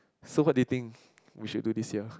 so what do you think we should do this sia